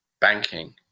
banking